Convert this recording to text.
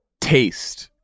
taste